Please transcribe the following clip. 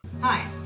hi